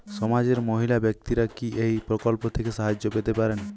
সমাজের মহিলা ব্যাক্তিরা কি এই প্রকল্প থেকে সাহায্য পেতে পারেন?